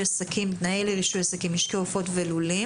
עסקים (תנאים לרישוי משקי עופות ולולים)